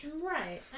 Right